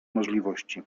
możliwości